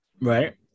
Right